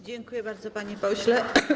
Dziękuję bardzo, panie pośle.